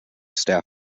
staff